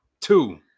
Two